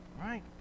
right